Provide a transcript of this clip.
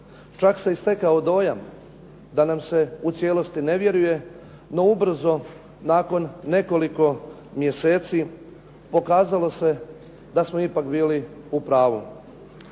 Čak se i stekao dojam da nam se u cijelosti ne vjeruje, no ubrzo nakon nekoliko mjeseci pokazalo se da smo ipak bili u pravu.